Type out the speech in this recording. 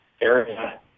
Area